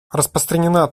распространена